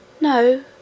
No